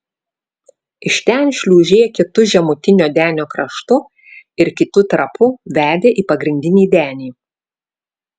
iš ten šliūžė kitu žemutinio denio kraštu ir kitu trapu vedė į pagrindinį denį